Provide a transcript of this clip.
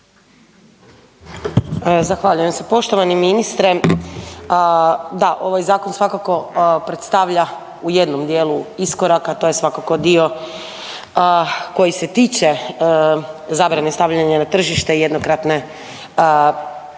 Zahvaljujem se, poštovani ministre. Da, ovaj Zakon svakako predstavlja u jednom dijelu iskorak, a to je svakako dio koji se tiče zabrane stavljanja na tržište jednokratne odnosno